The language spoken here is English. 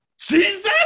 Jesus